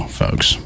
folks